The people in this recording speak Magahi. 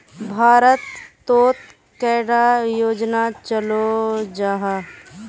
भारत तोत कैडा योजना चलो जाहा?